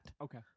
Okay